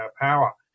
power